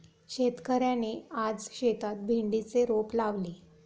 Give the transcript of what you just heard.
शेतकऱ्याने आज शेतात भेंडीचे रोप लावले